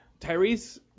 tyrese